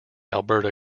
alberta